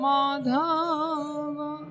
Madhava